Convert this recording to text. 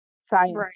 science